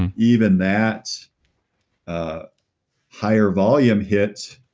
and even that a higher volume hit,